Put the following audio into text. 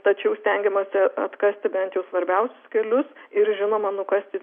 tačiau stengiamasi atkasti bent jau svarbiausius kelius ir žinoma nukasti